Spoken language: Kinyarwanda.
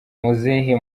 muzehe